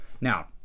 Now